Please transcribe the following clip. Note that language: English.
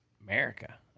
America